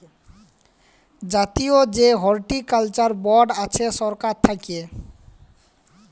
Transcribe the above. জাতীয় যে horticulture board আছে সরকার থাক্যে